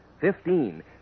Fifteen